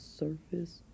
surface